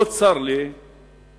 לא צר לי לחלוק